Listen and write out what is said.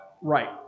Right